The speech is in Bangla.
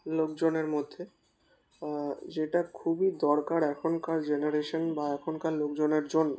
লোকজনের মধ্যে যেটা খুবই দরকার এখনকার জেনারেশন বা এখনকার লোকজনের জন্য